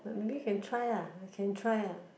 but maybe you can try ah I can try ah